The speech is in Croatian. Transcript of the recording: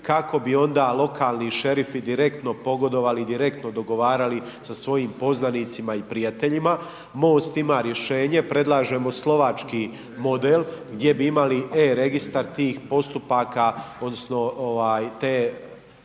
kako bi onda lokalni šerifi direktno pogodovali, direktno dogovarali sa svojim poznanicima i prijateljima. MOST ima rješenje, predlažemo slovački model gdje bi imali e-registar tih postupaka odnosno te